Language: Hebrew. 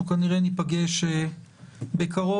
אנחנו כנראה ניפגש בקרוב.